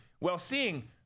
well-seeing